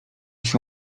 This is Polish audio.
się